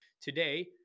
Today